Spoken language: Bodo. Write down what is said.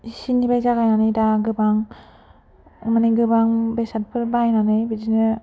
एसेनिफ्राय जागायनानै दा गोबां माने गोबां बेसादफोर बायनानै बिदिनो